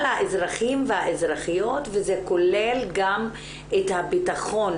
האזרחים והאזרחיות וזה כולל גם את הבטחון